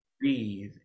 Breathe